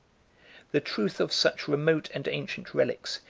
the truth of such remote and ancient relics,